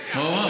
מה הוא אמר?